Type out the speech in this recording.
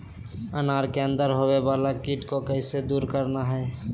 अनार के अंदर होवे वाला कीट के कैसे दूर करना है?